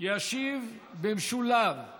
ישיב במשולב על